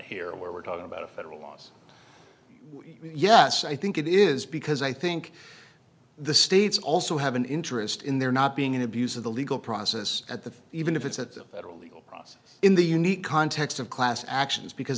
here where we're talking about federal laws yes i think it is because i think the states also have an interest in there not being an abuse of the legal process at the even if it's at the federal legal process in the unique context of class actions because